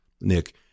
Nick